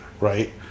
right